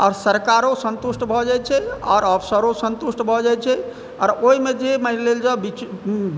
आओर सरकारो सन्तुष्ट भऽ जाइ छै आओर ऑफिसरो सन्तुष्ट भऽ जाइ छै आओर ओहिमे जे मानि लेल जाउ